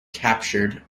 captured